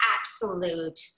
absolute